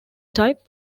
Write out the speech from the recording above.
type